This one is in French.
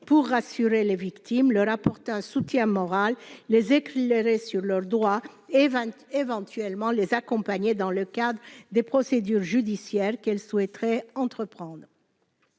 pour rassurer les victimes leur apporter un soutien moral, les éclairer sur leurs droits et 20 éventuellement les accompagner dans le cadre des procédures judiciaires qu'elle souhaiterait entreprendre